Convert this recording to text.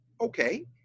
Okay